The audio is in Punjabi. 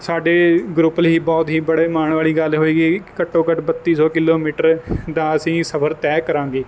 ਸਾਡੇ ਗਰੁੱਪ ਲਈ ਬਹੁਤ ਹੀ ਬੜੇ ਮਾਣ ਵਾਲੀ ਗੱਲ ਹੋਏਗੀ ਘੱਟੋ ਘੱਟ ਬੱਤੀ ਸੌ ਕਿਲੋਮੀਟਰ ਦਾ ਅਸੀਂ ਸਫਰ ਤੈਅ ਕਰਾਂਗੇ